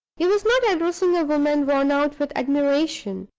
he was not addressing a woman worn out with admiration,